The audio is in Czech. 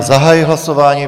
Zahajuji hlasování.